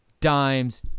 Dimes